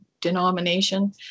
denomination